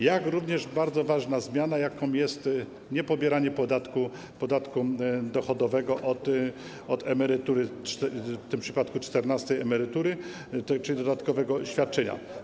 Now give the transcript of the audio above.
Jest również bardzo ważna zmiana, jaką jest niepobieranie podatku dochodowego od emerytury, w tym przypadku od czternastej emerytury, czyli dodatkowego świadczenia.